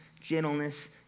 gentleness